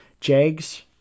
Jags